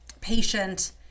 patient